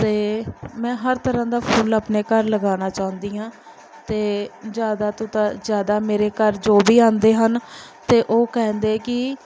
ਅਤੇ ਮੈਂ ਹਰ ਤਰ੍ਹਾਂ ਦਾ ਫੁੱਲ ਆਪਣੇ ਘਰ ਲਗਾਉਣਾ ਚਾਹੁੰਦੀ ਹਾਂ ਅਤੇ ਜ਼ਿਆਦਾ ਤੋਂ ਤਾਂ ਜ਼ਿਆਦਾ ਮੇਰੇ ਘਰ ਜੋ ਵੀ ਆਉਂਦੇ ਹਨ ਅਤੇ ਉਹ ਕਹਿੰਦੇ ਕਿ